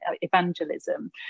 evangelism